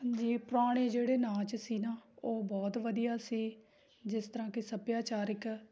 ਜੀ ਪੁਰਾਣੇ ਜਿਹੜੇ ਨਾਚ ਸੀ ਨਾ ਉਹ ਬਹੁਤ ਵਧੀਆ ਸੀ ਜਿਸ ਤਰ੍ਹਾਂ ਕਿ ਸੱਭਿਆਚਾਰਕ